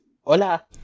Hola